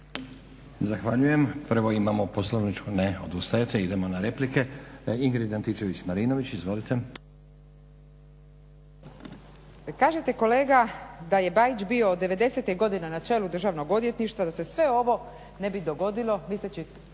Zahvaljujem. Prvo imamo poslovničku, ne odustajete. Idemo na replike. Ingrid Antičević-Marinović. Izvolite. **Antičević Marinović, Ingrid (SDP)** Kažete kolega da je Bajić bio od devedesete godine na čelu Državno odvjetništva da se sve ovo ne bi dogodilo,